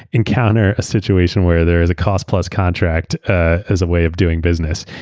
encounter a situation where there's a cost-plus contract ah as a way of doing business,